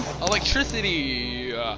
electricity